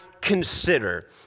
consider